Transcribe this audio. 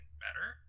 better